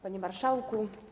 Panie Marszałku!